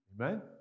Amen